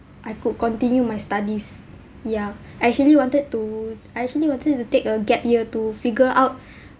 I could continue my studies ya I actually wanted to I actually wanted to take a gap year to figure out